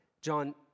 John